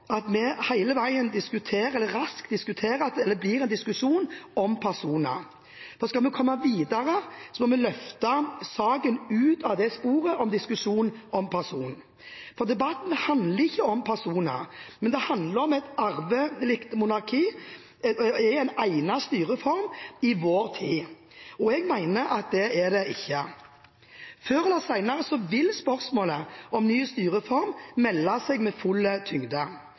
at det raskt blir en diskusjon om personer. Skal vi komme videre, må vi løfte saken ut av sporet med diskusjon om personer, for debatten handler ikke om personer, men om hvorvidt et arvelig monarki er en egnet styreform i vår tid. Jeg mener at det ikke er det. Før eller senere vil spørsmålet om ny styreform melde seg med full tyngde.